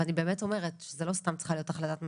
אני באמת אומרת שזאת לא סתם צריכה להיות החלטת ממשלה,